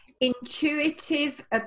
intuitive